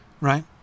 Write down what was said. right